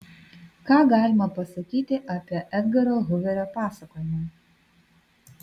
ką galima pasakyti apie edgaro huverio pasakojimą